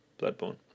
Bloodborne